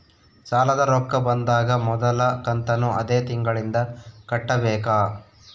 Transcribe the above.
ಸಾಲದ ರೊಕ್ಕ ಬಂದಾಗ ಮೊದಲ ಕಂತನ್ನು ಅದೇ ತಿಂಗಳಿಂದ ಕಟ್ಟಬೇಕಾ?